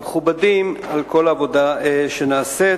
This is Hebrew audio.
על כל העבודה שנעשית,